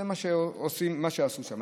זה מה שעשו שם.